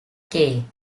kei